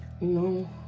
No